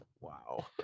Wow